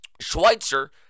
Schweitzer